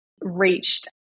reached